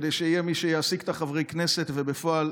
כדי שיהיה מי שיעסיק את חברי הכנסת ובפועל